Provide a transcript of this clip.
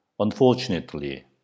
Unfortunately